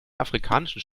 afrikanischen